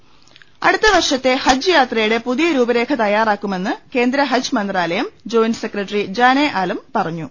ലലലലല അടുത്ത വർഷത്തെ ഹജ്ജ് യാത്രയുടെ പുതിയ രൂപ രേഖ തയ്യാറാക്കുമെന്ന് കേന്ദ്ര ഹജ്ജ് മന്ത്രാലയം ജോയന്റ് സെക്രട്ടറി ജാനെ ആലം പറഞ്ഞു